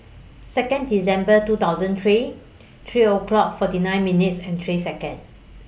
Second December two thousand and three three o'clock forty nine minutes and three Seconds